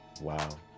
Wow